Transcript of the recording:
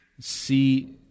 see